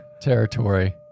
territory